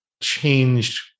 changed